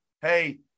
hey